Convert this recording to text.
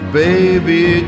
baby